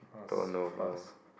turn over